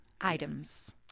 items